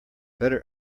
better